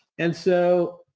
and so,